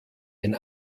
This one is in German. ein